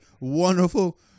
wonderful